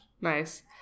Nice